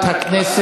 והטכנולוגיה.